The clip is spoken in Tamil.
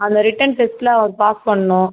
அந்த ரிட்டன் டெஸ்ட்டில் அவர் பாஸ் பண்ணும்